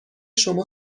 شما